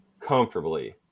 Comfortably